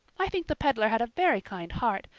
i think the peddler had a very kind heart,